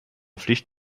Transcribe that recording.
pflicht